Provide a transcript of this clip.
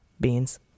Beans